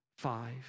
Five